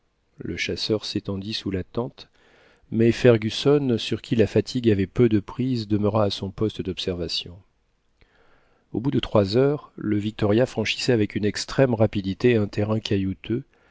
le chasseur s'étendit sous la tente mais fergusson sur qui la fatigue avait peu de prise demeura à son poste d'observation au bout de trois heures le victoria franchissait avec une extrême rapidité un terrain caillouteux